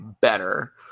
Better